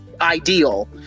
ideal